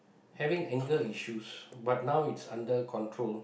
having anger issues but now it's under control